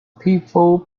people